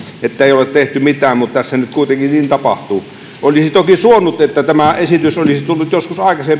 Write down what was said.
ettei ole tehty mitään mutta tässä nyt kuitenkin niin tapahtuu olisin toki suonut että tämä esitys olisi tullut joskus aikaisempien hallitusten aikana mutta